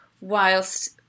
whilst